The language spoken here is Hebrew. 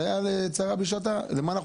דיה לצרה בשעתה.